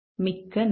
மிக்க நன்றி